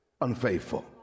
unfaithful